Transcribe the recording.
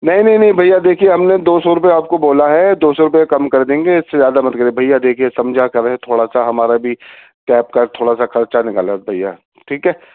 نہیں نہیں نہیں بھیا دیکھیے ہم نے دو سو روپیہ آپ کو بولا ہے دو سو روپیہ کم کر دیں گے اس سے زیادہ مت کریے بھیا دیکھیے سمجھا کریں تھوڑا سا ہمارا بھی کیا آپ کا تھوڑا سا خرچہ نکالا بھیا ٹھیک ہے